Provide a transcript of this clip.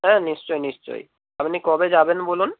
হ্যাঁ নিশ্চয়ই নিশ্চয়ই আপনি কবে যাবেন বলুন